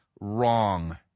wrong